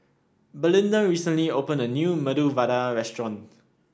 Belinda recently opened a new Medu Vada Restaurant